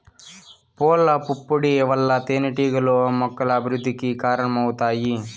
పూల పుప్పొడి వల్ల తేనెటీగలు మొక్కల అభివృద్ధికి కారణమవుతాయి